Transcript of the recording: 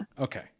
Okay